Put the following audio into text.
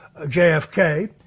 JFK